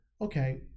okay